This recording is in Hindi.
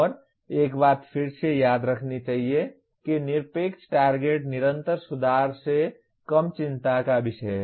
और एक बात फिर से याद रखनी चाहिए कि निरपेक्ष टारगेट निरंतर सुधार से कम चिंता का विषय हैं